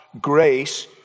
grace